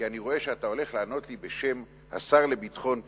אני רואה שאתה הולך לענות לי בשם השר לביטחון פנים,